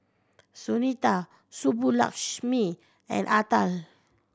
Sunita Subbulakshmi and Atal